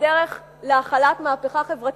כדרך להחלת מהפכה חברתית,